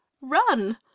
run